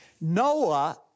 Noah